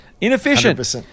Inefficient